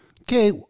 Okay